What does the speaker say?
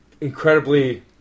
incredibly